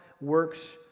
works